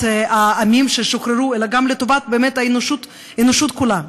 העמים ששוחררו אלא גם לטובת האנושות כולה.